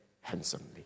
handsomely